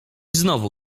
znowu